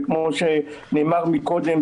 וכמו שנאמר קודם,